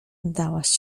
dałaś